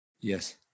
Yes